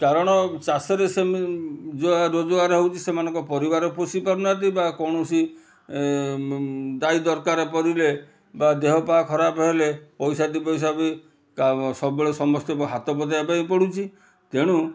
କାରଣ ଚାଷରେ ସେମି ଯାହା ରୋଜଗାର ହେଉଛି ସେମାନଙ୍କ ପରିବାର ପୋଷି ପାରୁନାହାନ୍ତି ବା କୌଣସି ଦରକାର ପଡ଼ିଲେ ବା ଦେହପା ଖରାପ ହେଲେ ପଇସା ଦୁଇପଇସା ବି ସବୁବେଳେ ସମସ୍ତଙ୍କୁ ହାତ ପତେଇବା ପାଇଁ ପଡ଼ୁଛି ତେଣୁ